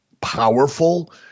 powerful